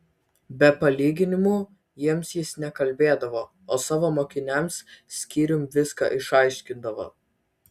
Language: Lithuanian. be palyginimų jiems jis nekalbėdavo o savo mokiniams skyrium viską išaiškindavo